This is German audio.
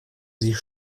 sich